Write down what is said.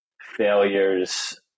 failures